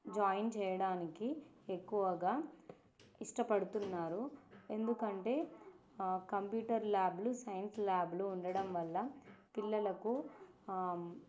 join చేయడానికి ఎక్కువగా ఇష్టపడుతున్నారు ఎందుకంటే కంప్యూటర్ ల్యాబులు సైన్స్ ల్యాబులు ఉండడం వల్ల పిల్లలకు